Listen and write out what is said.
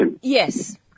Yes